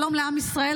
שלום לעם ישראל.